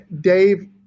Dave